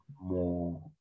more